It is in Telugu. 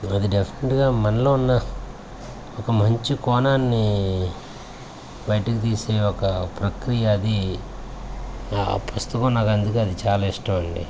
అది డెఫినెట్గా మనలో ఉన్న ఒక మంచి కోణాన్ని బయటికి తీసే ఒక ప్రక్రియ అది పుస్తకం నాకు అందుకని అది చాలా ఇష్టం అండి